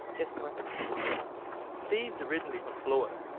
just north of san diego steve's originally from florida,